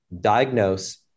diagnose